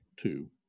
two